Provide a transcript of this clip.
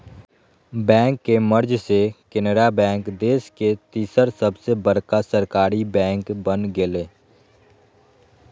bank के मर्ज से केनरा बैंक देश के तीसर सबसे बड़का सरकारी बैंक बन गेलय